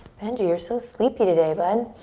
benji, you're so sleepy today, bud.